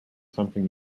something